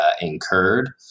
incurred